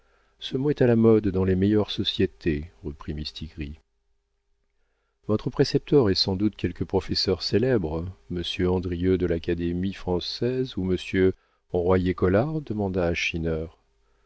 ce mot est à la mode dans les meilleures sociétés reprit mistigris votre précepteur est sans doute quelque professeur célèbre m andrieux de l'académie française ou m royer-collard demanda